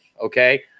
okay